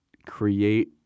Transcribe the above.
create